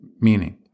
meaning